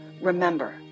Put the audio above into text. remember